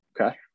okay